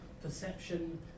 perception